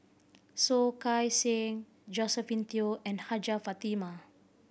Soh Kay Siang Josephine Teo and Hajjah Fatimah